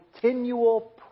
continual